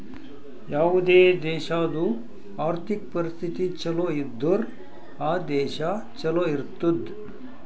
ಯಾವುದೇ ದೇಶಾದು ಆರ್ಥಿಕ್ ಪರಿಸ್ಥಿತಿ ಛಲೋ ಇದ್ದುರ್ ಆ ದೇಶಾ ಛಲೋ ಇರ್ತುದ್